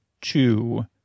two